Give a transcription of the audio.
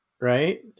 right